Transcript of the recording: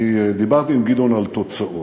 אני דיברתי עם גדעון על תוצאות.